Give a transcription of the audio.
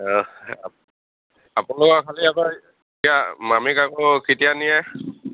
আপোনালোকৰ খালী আকৌ এতিয়া মামীক আকৌ কেতিয়া নিয়ে